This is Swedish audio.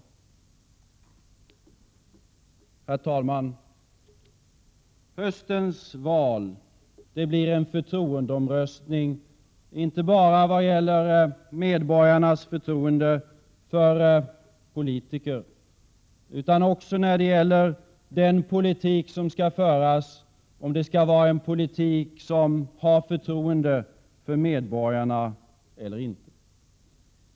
Fru talman! Höstens val blir en förtroendeomröstning, inte bara vad gäller medborgarnas förtroende för politiker, utan också vad gäller den politik som skall föras; om det skall vara en politik med förtroende för medborgarna eller inte.